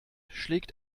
schlägt